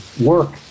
work